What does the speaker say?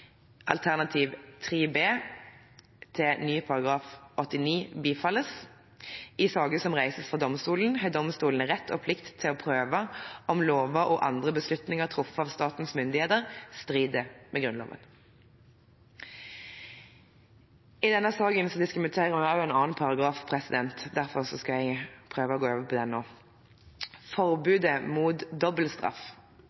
alternativ 3 B til ny § 89 bifalles. I saker som reises for domstolene, har domstolene rett og plikt til å prøve om lover og andre beslutninger truffet av statens myndigheter strider mot Grunnloven. I denne saken diskuterer vi også en annen paragraf, og derfor skal jeg gå over til den. Forbudet mot dobbeltstraff er en av de helt sentrale rettssikkerhetsgarantiene i samfunnet. Forbudet mot